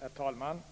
Herr talman!